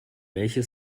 welche